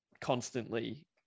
constantly